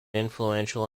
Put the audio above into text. influential